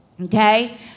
okay